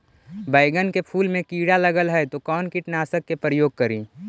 बैगन के फुल मे कीड़ा लगल है तो कौन कीटनाशक के प्रयोग करि?